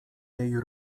jej